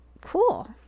cool